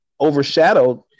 overshadowed